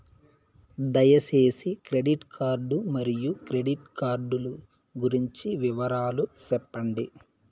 దయసేసి credit card మరియు credit card లు గురించి వివరాలు సెప్పండి?